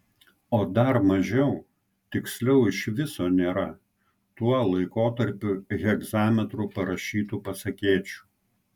o dar mažiau tiksliau iš viso nėra tuo laikotarpiu hegzametru parašytų pasakėčių